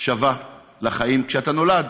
שווה לחיים כשאתה נולד,